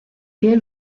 pie